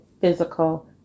physical